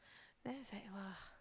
then it's like !wah!